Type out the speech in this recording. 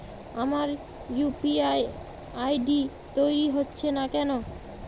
আমার UPI ID তৈরি হচ্ছে না কেনো?